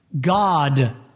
God